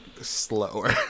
slower